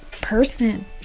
person